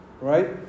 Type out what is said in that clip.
Right